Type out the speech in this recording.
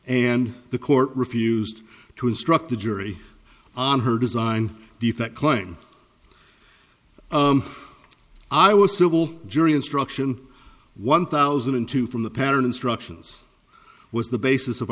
and the court refused to instruct the jury on her design defect claim i was civil jury instruction one thousand and two from the pattern instructions was the basis of